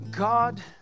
God